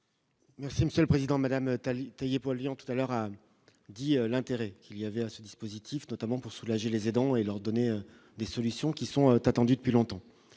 Merci Monsieur le Président Madame Attali pour lui en tout à l'heure, a dit l'intérêt qu'il y avait à ce dispositif notamment pour soulager les aidants, et leur donner des solutions qui sont très tendues depuis longtemps,